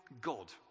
God